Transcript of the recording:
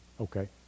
Okay